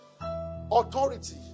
Authority